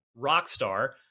Rockstar